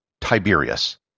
Tiberius